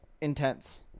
intense